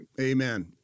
Amen